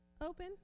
open